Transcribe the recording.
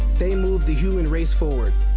they move the human race forward.